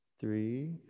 Three